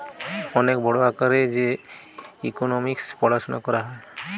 অনেক বড় আকারে যে ইকোনোমিক্স পড়াশুনা করা হয়